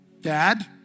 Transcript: Dad